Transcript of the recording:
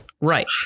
Right